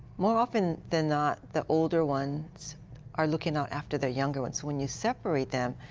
more often than not, the older ones are looking out after the younger ones. when you separate them,